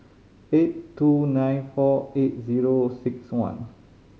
eight two nine four eight zero six one